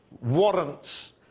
warrants